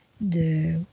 de